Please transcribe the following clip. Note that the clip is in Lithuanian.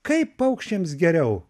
kaip paukščiams geriau